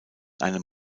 einem